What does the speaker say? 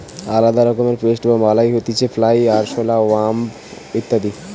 আলদা রকমের পেস্ট বা বালাই হতিছে ফ্লাই, আরশোলা, ওয়াস্প ইত্যাদি